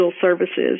services